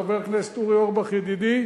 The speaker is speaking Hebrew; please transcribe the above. חבר הכנסת אורי אורבך ידידי,